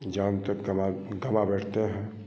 जान तक गवां गवां बैठते हैं